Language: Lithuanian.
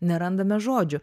nerandame žodžių